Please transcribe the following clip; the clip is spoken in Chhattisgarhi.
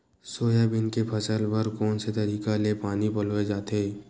सोयाबीन के फसल बर कोन से तरीका ले पानी पलोय जाथे?